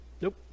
nope